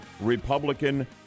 Republican